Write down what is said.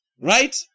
Right